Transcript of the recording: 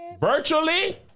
Virtually